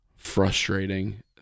frustrating